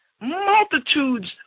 multitudes